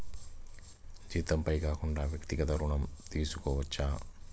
జీతంపై కాకుండా వ్యక్తిగత ఋణం తీసుకోవచ్చా?